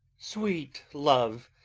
sweet love!